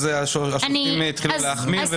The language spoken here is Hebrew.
אז השופטים התחילו להחמיר.